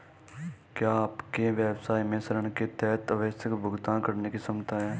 क्या आपके व्यवसाय में ऋण के तहत आवश्यक भुगतान करने की क्षमता है?